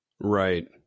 Right